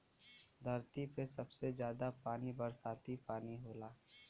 धरती पे सबसे जादा पानी बरसाती पानी होला